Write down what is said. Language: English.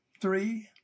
three